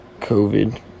covid